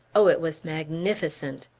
oh, it was magnificent!